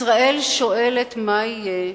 ישראל שואלת "מה יהיה?"